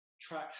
track